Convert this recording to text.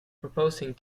proposing